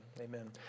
amen